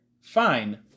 fine